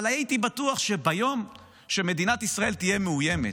אבל הייתי בטוח שביום שמדינת ישראל תהיה מאוימת,